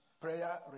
Prayer